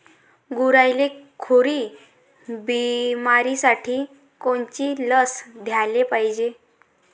गुरांइले खुरी बिमारीसाठी कोनची लस द्याले पायजे?